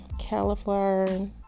cauliflower